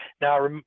Now